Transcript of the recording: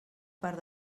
part